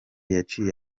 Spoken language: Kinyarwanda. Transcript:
yaciye